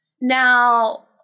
Now